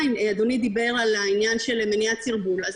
מניעה